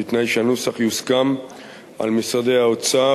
ובתנאי שהנוסח יוסכם על משרדי האוצר,